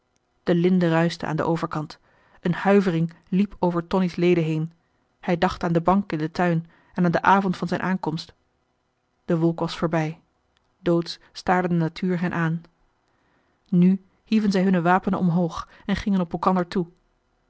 de linde ruischte aan den overkant een huivering liep over tonie's leden heen hij dacht aan den bank in den tuin en aan den avond van zijn aankomst de wolk was voorbij doodsch staarde de natuur hen aan nu hieven zij hunne wapenen omhoog en gingen op elkander toe